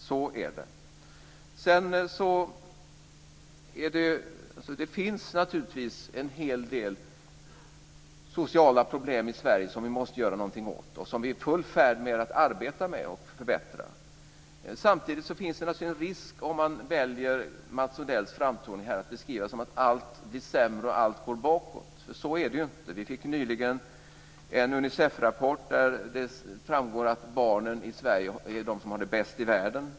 Så är det. Det finns naturligtvis en hel del sociala problem i Sverige som vi måste göra någonting åt och som vi är i full färd med att arbeta med och förbättra. Samtidigt finns det naturligtvis en risk om man som Mats Odell väljer att beskriva det som att allt blir sämre och att allt går bakåt. Så är det ju inte. Vi fick nyligen en Unicefrapport där det i en jämförelse framgår att barnen i Sverige har det bäst i världen.